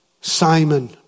Simon